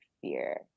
fear